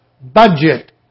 budget